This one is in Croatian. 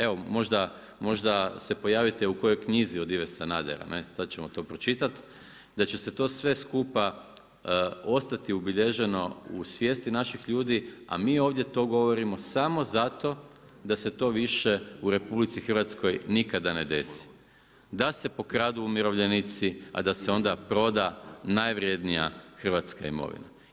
Evo možda se pojavite u kojoj knjizi od Ive Sanadera, sada ćemo to pročitati, da će se sve to skupa, ostati ubilježeno u svijesti naših ljudi a mi ovdje to govorimo samo zato da se to više u RH nikada ne desi, da se pokradu umirovljenici a da se onda proda najvrjednija hrvatska imovina.